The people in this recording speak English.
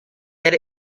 that